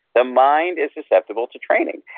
the mind is susceptible to training,